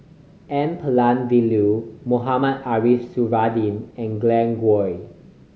N Palanivelu Mohamed Ariff Suradi and Glen Goei